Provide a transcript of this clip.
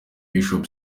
bishop